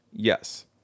Yes